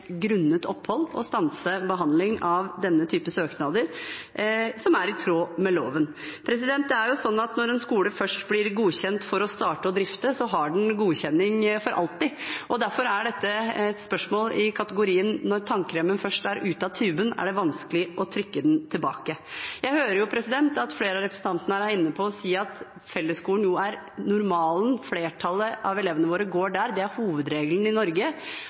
grunnet opphold å stanse behandling av denne type søknader i tråd med loven. Det er sånn at når en skole først blir godkjent for å starte og drifte, har den godkjenning for alltid. Derfor er dette et spørsmål i kategorien: Når tannkremen først er ute av tuben, er det vanskelig å trykke den tilbake. Jeg hører at flere av representantene her er inne på og sier at fellesskolen jo er normalen. Flertallet av elevene våre går der, det er hovedregelen i Norge.